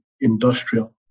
industrial